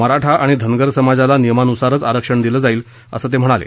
मराठा आणि धनगर समाजाला नियमानुसारच आरक्षण दिलं जाईल असं ते म्हणाले